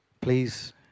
please